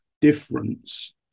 difference